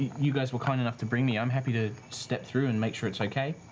you guys were kind enough to bring me, i'm happy to step through and make sure it's okay.